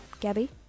Gabby